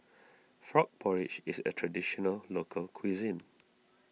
Frog Porridge is a Traditional Local Cuisine